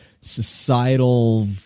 societal